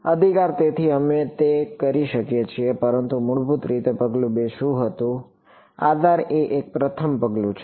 અધિકાર તેથી અમે તે કરી શકીએ છીએ પરંતુ મૂળભૂત રીતે પગલું 2 શું હતું આધાર એ એક પ્રથમ પગલું છે